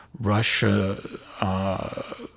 Russia